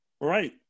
right